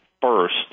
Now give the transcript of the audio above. first